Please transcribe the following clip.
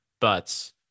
But-